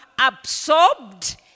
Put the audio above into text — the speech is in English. absorbed